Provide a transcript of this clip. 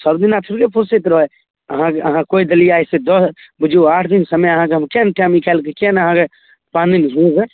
सबदिना थोड़िए फुरसत रहै अहाँ अहाँ कहि देलिए आइ से दस बुझू आठ दिन समय अहाँके हम किएक नहि टाइम निकालिके किएक नहि अहाँके हमे घुमेबै